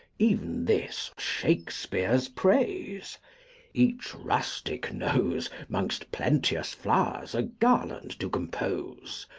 even this shakespear's praise each rustick knows mongst plenteous flow'rs a garland to compose.